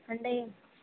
అంటే